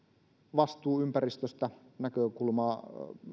vastuu ympäristöstä